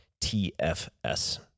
TFS